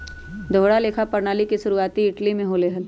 दोहरा लेखा प्रणाली के शुरुआती इटली में होले हल